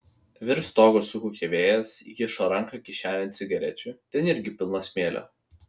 virš stogo sukaukė vėjas įkišo ranką kišenėn cigarečių ten irgi pilna smėlio